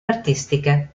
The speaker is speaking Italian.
artistiche